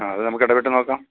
ആ അത് നമുക്ക് ഇടപെട്ട് നോക്കാം